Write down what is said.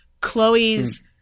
Chloe's